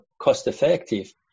cost-effective